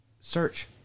search